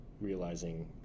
realizing